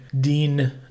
dean